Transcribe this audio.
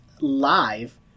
live